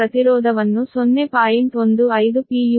ಆದ್ದರಿಂದ ಅದರ ರೇಟಿಂಗ್ 13